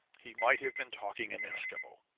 he might have been talking in eskimo.